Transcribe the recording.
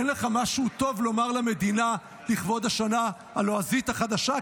אין לך משהו טוב לומר למדינה לכבוד השנה הלועזית החדשה?